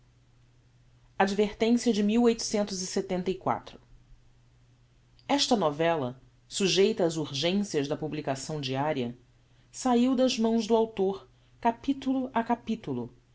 advertência de esta novella sugeita ás urgências da publicação diaria saiu das mãos do autor capitulo a capitulo